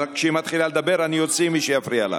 אבל כשהיא מתחילה לדבר אני אוציא את מי שיפריע לה.